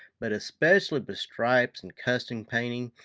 but especially with stripes and custom painting,